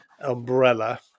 umbrella